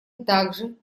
также